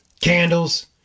candles